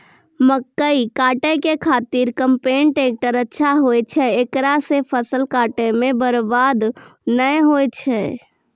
मकई काटै के खातिर कम्पेन टेकटर अच्छा होय छै ऐकरा से फसल काटै मे बरवाद नैय होय छै?